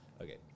Okay